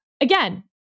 Again